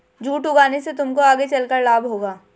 jute उगाने से तुमको आगे चलकर लाभ होगा